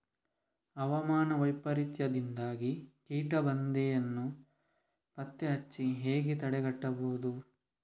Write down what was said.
ಹವಾಮಾನ ವೈಪರೀತ್ಯದಿಂದಾಗಿ ಕೀಟ ಬಾಧೆಯನ್ನು ಪತ್ತೆ ಹಚ್ಚಿ ಹೇಗೆ ತಡೆಗಟ್ಟಬಹುದು?